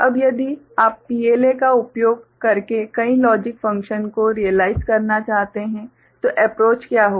अब यदि आप PLA का उपयोग करके कई लॉजिक फ़ंक्शन को रियलाइज करना चाहते हैं तो अप्रोच क्या होगा